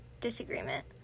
disagreement